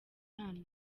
hano